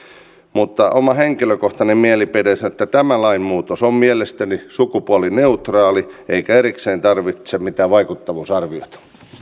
oma henkilökohtainen mielipiteeni on että tämä lainmuutos on sukupuolineutraali eikä erikseen tarvitse mitään vaikuttavuusarviota